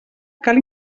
cal